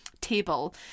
table